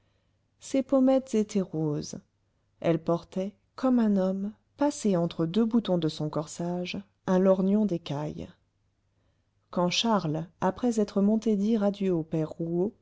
ses pommettes étaient roses elle portait comme un homme passé entre deux boutons de son corsage un lorgnon d'écaille quand charles après être monté dire adieu au père